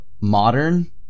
modern